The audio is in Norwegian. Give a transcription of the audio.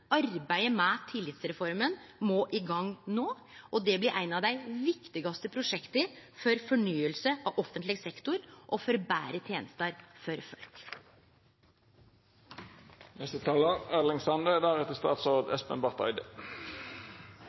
Arbeidet med tillitsreforma må i gang no, og det blir eit av dei viktigaste prosjekta for fornying av offentleg sektor og for betre tenester for